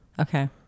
Okay